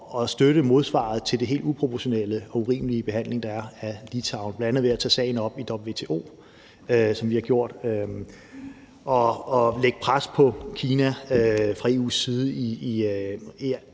at støtte modsvaret til den helt uproportionale og urimelige behandling, der er, af Litauen, bl.a. ved at tage sagen op i WTO, som vi har gjort, og lægge pres på Kina fra EU's side